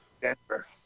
Denver